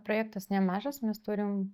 projektas nemažas mes turim